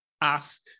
ask